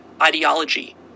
ideology